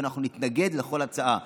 ואנחנו נתנגד לכל הצעה.